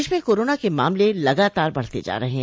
प्रदेश में कोरोना के मामले लगातार बढ़ते जा रहे है